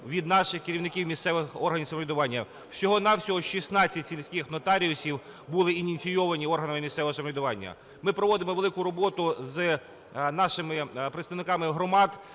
від наших керівників місцевих органів самоврядування, всього-на-всього 16 сільських нотаріусів були ініційовані органами місцевого самоврядування. Ми проводимо велику роботу з нашими представниками громад